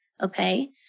okay